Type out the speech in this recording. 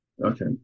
okay